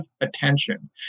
attention